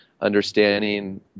understanding